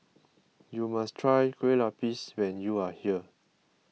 you must try Kueh Lupis when you are here